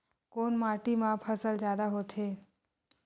कोन माटी मा फसल जादा होथे?